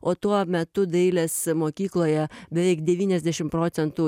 o tuo metu dailės mokykloje beveik devyniasdešim procentų